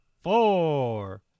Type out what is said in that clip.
four